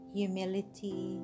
humility